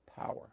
power